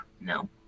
no